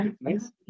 Nice